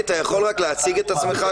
אחריו השר זבולון המר,